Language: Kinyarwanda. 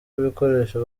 ibikoresho